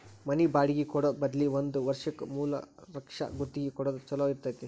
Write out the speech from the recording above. ಮನಿ ಬಾಡ್ಗಿ ಕೊಡೊ ಬದ್ಲಿ ಒಂದ್ ವರ್ಷಕ್ಕ ಮೂರ್ಲಕ್ಷಕ್ಕ ಗುತ್ತಿಗಿ ಕೊಡೊದ್ ಛೊಲೊ ಇರ್ತೆತಿ